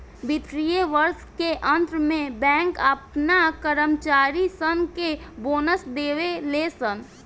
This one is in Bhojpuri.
वित्तीय वर्ष के अंत में बैंक अपना कर्मचारी सन के बोनस देवे ले सन